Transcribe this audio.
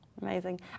Amazing